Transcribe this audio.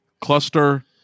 cluster